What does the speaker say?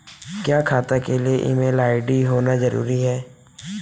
क्या खाता के लिए ईमेल आई.डी होना जरूरी है?